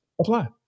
apply